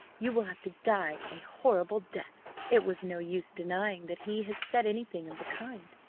you will have to die a horrible death it was no use denying that he had said anything of the kind.